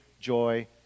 joy